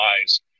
lies